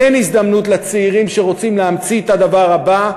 אין הזדמנות לצעירים שרוצים להמציא את הדבר הבא.